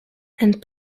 and